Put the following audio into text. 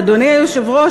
אדוני היושב-ראש,